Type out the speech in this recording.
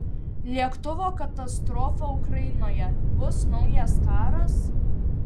lėktuvo katastrofa ukrainoje bus naujas karas